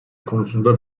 konusunda